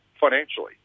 financially